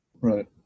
Right